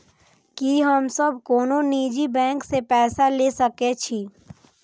की हम सब कोनो निजी बैंक से पैसा ले सके छी?